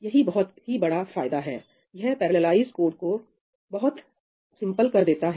यही बहुत ही बड़ा फायदा है यह पैरेललाइज कोड को बहुत सिंपल कर देता है